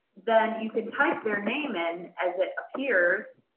then you can type their name in as it appears